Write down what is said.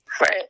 Right